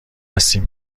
هستیم